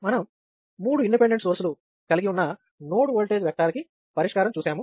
మనం మూడు independent source లు కలిగి ఉన్న నోడ్ ఓల్టేజ్ వెక్టర్ కి పరిష్కారం చూశాము